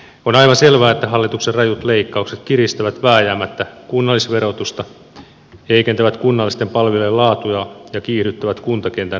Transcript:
on aivan selvää että hallituksen rajut leikkaukset kiristävät vääjäämättä kunnallisverotusta heikentävät kunnallisten palvelujen laatua ja kiihdyttävät kuntakentän velkaantumista